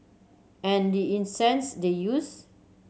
and the incense they used